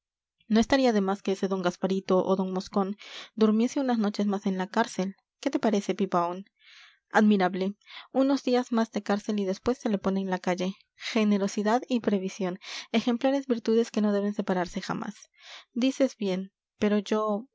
no estaría demás que ese d gasparito o d moscón durmiese unas noches más en la cárcel qué te parece pipaón admirable unos días más de cárcel y después se le pone en la calle generosidad y previsión ejemplares virtudes que no deben separarse jamás dices bien pero yo